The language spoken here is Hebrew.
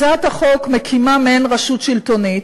הצעת החוק מקימה מעין רשות שלטונית,